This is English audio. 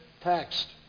text